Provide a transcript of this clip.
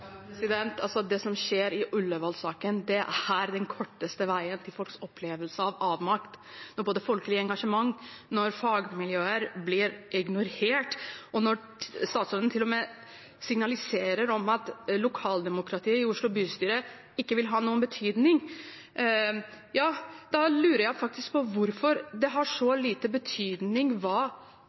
Det som skjer i Ullevål-saken, er den korteste veien til folks opplevelse av avmakt. Når både folkelig engasjement og fagmiljøer blir ignorert, og når statsråden til og med signaliserer at lokaldemokratiet i Oslo bystyre ikke vil ha noen betydning, da lurer jeg faktisk på hvorfor det har så liten betydning hva